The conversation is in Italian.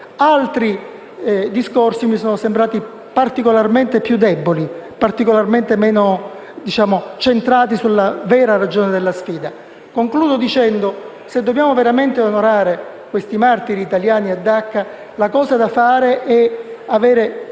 altri discorsi mi sono sembrati più deboli e meno centrati sulla vera ragione della sfida. Concludo dicendo che, se dobbiamo veramente onorare i martiri italiani a Dacca, la cosa da fare è avere